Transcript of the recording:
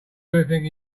everything